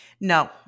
No